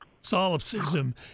Solipsism